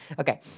Okay